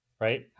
right